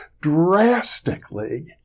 drastically